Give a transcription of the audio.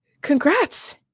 congrats